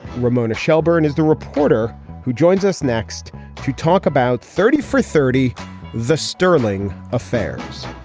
ramona shelburne is the reporter who joins us next to talk about thirty four thirty the sterling affairs